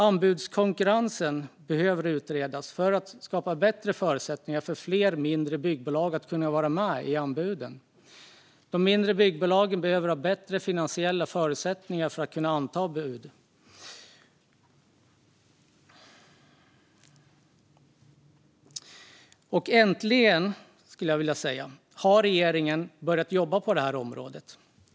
Anbudskonkurrens behöver utredas för att skapa bättre förutsättningar för fler mindre byggbolag att kunna vara med i anbuden. De mindre byggbolagen behöver ha bättre finansiella förutsättningar för att kunna anta bud. Äntligen, skulle jag vilja säga, har regeringen börjat jobba på detta område.